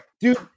dude